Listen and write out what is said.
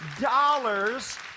dollars